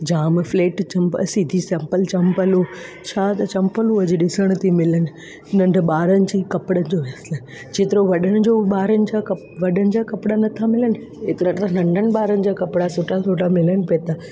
जाम flat chappal सीधी चंपल चंपलूं छा त चंपलूं अॼु ॾिसण थियूं मिलनि नंढे ॿारनि जी कपिड़े जो जेतिरो वॾनि जो ॿारनि जो कप वॾनि जा कपिड़ा नथा मिलनि एतिरा त नंढनि ॿारनि जा कपिड़ा सुठा सुठा मिलनि पिए था